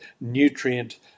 nutrient